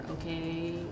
okay